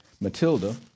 Matilda